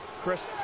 Chris